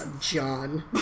John